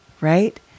right